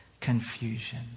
confusion